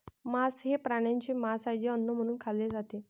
मांस हे प्राण्यांचे मांस आहे जे अन्न म्हणून खाल्ले जाते